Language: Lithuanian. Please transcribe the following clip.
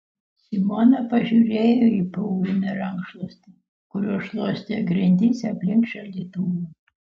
simona pažiūrėjo į purviną rankšluostį kuriuo šluostė grindis aplink šaldytuvą